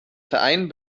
verein